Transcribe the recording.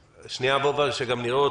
רם.